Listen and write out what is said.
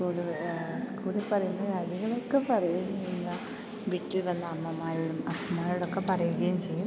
സ്കൂളിൽ പറയുന്ന കാര്യങ്ങളൊക്കെ പറയും വിട്ടിൽ വന്ന് അമ്മമാരോടും അമ്മമാരോടൊക്കെ പറയുകയും ചെയ്യും